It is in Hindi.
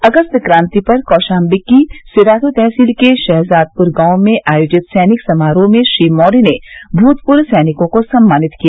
अगस्त क्रांति पर कौशाम्बी की सिराथू तहसील के शहजादपुर गांव में आयोजित सैनिक समारोह में श्री मौर्य ने भूतपूर्व सैनिकॉ को सम्मानित किया